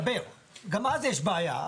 הבדיקה הפרלימינרית,